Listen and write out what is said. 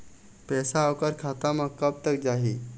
पैसा ओकर खाता म कब तक जाही?